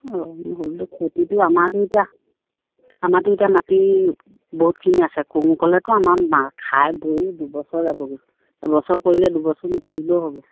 অঁ হ'লো খেতিটো আমাৰটো এতিয়া আমাৰটো এতিয়া মাটি বহুতখিনি আছে ক'ম ক'লেতো আমাৰ খাই বৈ দুবছৰ যাবগৈ এবছৰ কৰিলে দুবছৰ নকৰিলেও হ'ব